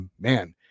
man